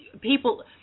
people